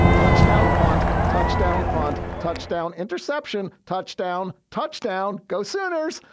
touchdown, punt, touchdown, punt, touchdown, interception, touchdown, touchdown, go, sanders.